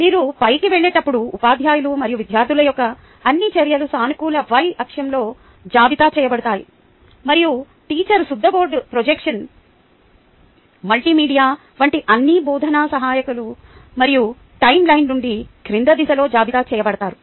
మీరు పైకి వెళ్ళేటప్పుడు ఉపాధ్యాయులు మరియు విద్యార్థుల యొక్క అన్ని చర్యలు సానుకూల y అక్షంలో జాబితా చేయబడతాయి మరియు టీచర్ సుద్దబోర్డు ప్రొజెక్షన్ మల్టీమీడియా వంటి అన్ని బోధనా సహాయకులు మరియు టైమ్లైన్ నుండి క్రింది దిశలో జాబితా చేయబడతారు